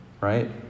Right